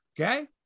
Okay